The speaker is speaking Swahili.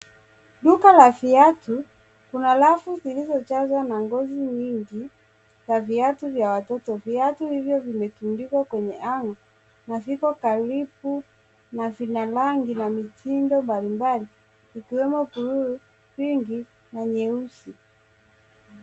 Duka la viatu. Kuna rafu zilizojazwa na ngozi nyingi za viuatu vya watoto. Viatu hivyo vimetundikwa kwenye hanger na vipo karibu na vina rangi na mitindo mbalimbali ikiwemo blue ,pinki na nyeusi.